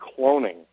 cloning